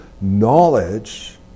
knowledge